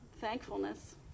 Thankfulness